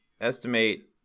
estimate